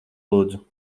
lūdzu